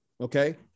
okay